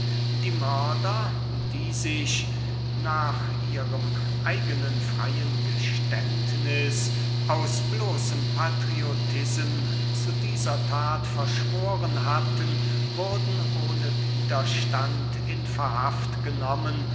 die mörder die sich nach ihrem eignen freyen geständniß aus bloßem patriotism zu dieser that verschworen hatten wurden ohne widerstand in verhaft genommen